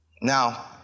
Now